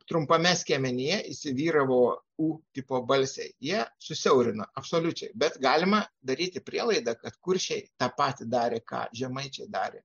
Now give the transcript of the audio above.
trumpame skiemenyje įsivyravo u tipo balsiai jie susiaurina absoliučiai bet galima daryti prielaidą kad kuršiai tą patį darė ką žemaičiai darė